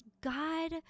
God